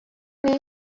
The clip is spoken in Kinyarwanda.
nawe